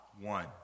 one